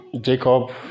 Jacob